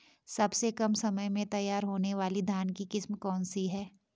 सबसे कम समय में तैयार होने वाली धान की किस्म कौन सी है?